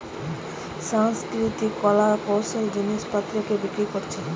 সাংস্কৃতিক কলা কৌশলের জিনিস পত্রকে বিক্রি কোরছে